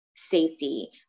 Safety